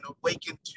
awakened